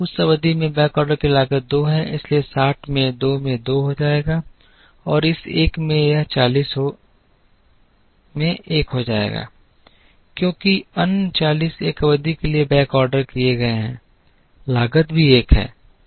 उस अवधि में बैकऑर्डर की लागत 2 है इसलिए यह 60 में 2 में 2 हो जाएगा और इस एक में यह 40 में 1 हो जाएगा क्योंकि अन्य 40 एक अवधि के लिए बैकऑर्डर किए गए हैं लागत भी एक है